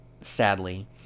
sadly